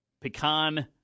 Pecan